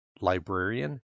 librarian